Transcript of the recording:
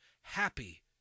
Happy